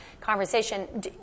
conversation